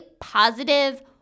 positive